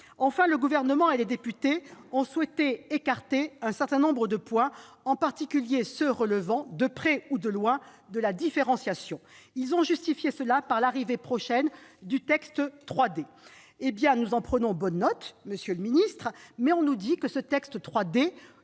Enfin, le Gouvernement et les députés ont souhaité écarter un certain nombre de points, en particulier ceux relevant de près ou de loin de la différenciation. Ils ont justifié leur décision par l'arrivée prochaine du projet de loi « 3D ». Nous en prenons bonne note, monsieur le ministre, mais on nous dit que ce